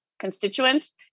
constituents